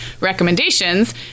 recommendations